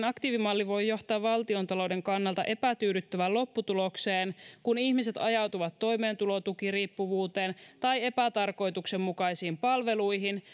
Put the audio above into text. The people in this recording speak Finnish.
aktiivimalli voi johtaa valtiontalouden kannalta epätyydyttävään lopputulokseen kun ihmiset ajautuvat toimeentulotukiriippuvuuteen tai epätarkoituksenmukaisiin palveluihin